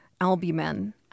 albumin